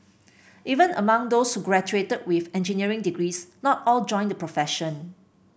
even among those who graduated with engineering degrees not all joined the profession